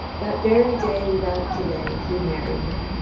that very day without delay he married her,